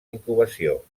incubació